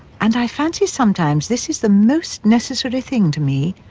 and i fancy sometimes this is the most necessary thing to me.